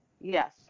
Yes